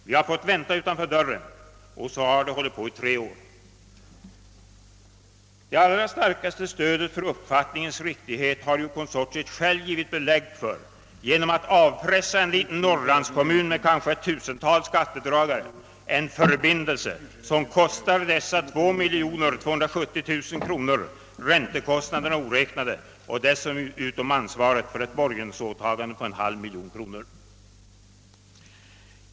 Vi har fått vänta utanför dörren. Och så har det hållit på i tre år.» Det starkaste stödet för uppfattningens riktighet har konsortiet självt givit genom att avpressa en liten Norrlandskommun med kanske ett tusental skattedragare en förbindelse, som kostar dem 2 270 000 kronor, räntekostnaderna oräknade, och dessutom ansvaret för ett borgensåtagande på en halv miljon kronor.